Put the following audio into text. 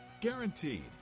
Guaranteed